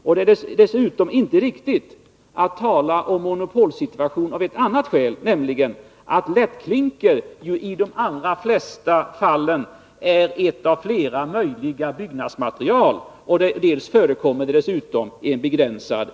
Dessutom är det av annat skäl inte riktigt att tala om monopolsituation — lättklinker är ju i de allra flesta fallen bara ett av flera möjliga byggmaterial. Det förekommer dessutom en begränsad